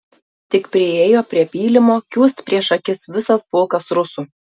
tik priėjo prie pylimo kiūst prieš akis visas pulkas rusų